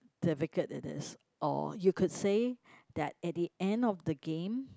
difficult it is or you could say that at the end of the game